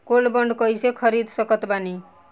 Gold bond कईसे खरीद सकत बानी?